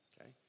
okay